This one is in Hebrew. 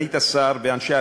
סגנית השר ואנשי הקואליציה,